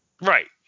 Right